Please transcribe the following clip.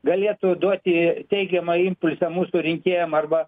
galėtų duoti teigiamą impulsą mūsų rinkėjam arba